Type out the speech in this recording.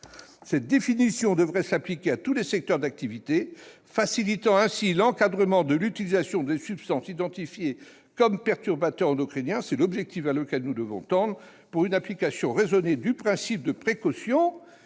Cette définition devrait s'appliquer à tous les secteurs d'activité, facilitant ainsi l'encadrement de l'utilisation des substances identifiées comme perturbateurs endocriniens. C'est l'objectif vers lequel nous devons tendre pour une application raisonnée du principe de précaution.